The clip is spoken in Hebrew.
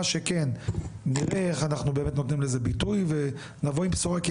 מה שכן נראה איך אנחנו באמת נותנים לזה ביטוי ונבוא עם בשורה.